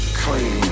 clean